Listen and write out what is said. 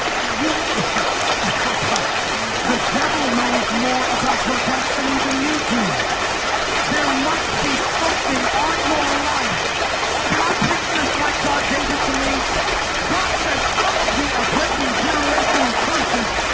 you the devil knows more about your destiny than you do there must be something on your life can i preach this like god gave it to me god said some of you are breaking generational curses?